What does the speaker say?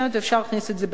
אפשר להכניס את זה בחשמל.